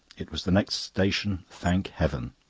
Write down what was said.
it was the next station, thank heaven.